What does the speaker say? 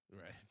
Right